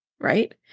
right